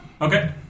Okay